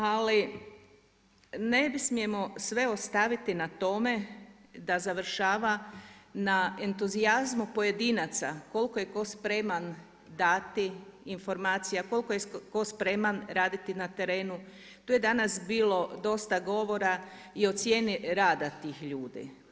Ali ne smijemo sve ostaviti na tome da završava na entuzijazmu pojedinaca, koliko je tko spreman dati informacije, koliko je tko spreman raditi na terenu, tu je danas bilo dosta govora, i o cijeni rada tih ljudi.